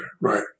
right